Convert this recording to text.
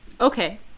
okay